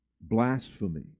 Blasphemy